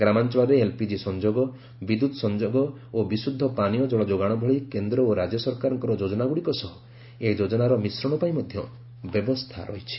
ଗ୍ରାମାଞ୍ଚଳରେ ଏଲ୍ପିଜି ସଂଯୋଗ ବିଦ୍ୟୁତ୍ ସଂଯୋଗ ଓ ବିଶୁଦ୍ଧ ପାନୀୟ ଜଳ ଯୋଗାଣ ଭଳି କେନ୍ଦ୍ର ଓ ରାଜ୍ୟ ସରକାରଙ୍କର ଯୋଜନାଗୁଡ଼ିକ ସହ ଏହି ଯୋଜନାର ମିଶ୍ରଣ ପାଇଁ ମଧ୍ୟ ବ୍ୟବସ୍ଥା ରହିଛି